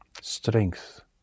strength